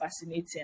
fascinating